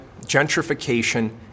gentrification